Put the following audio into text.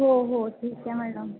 हो हो ठीक आहे मॅडम